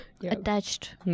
Attached